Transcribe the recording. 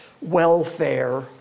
welfare